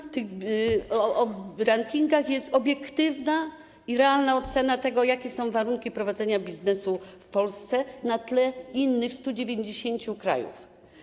W rankingach jest obiektywna i realna ocena tego, jakie są warunki prowadzenia biznesu w Polsce na tle innych krajów, 190 krajów.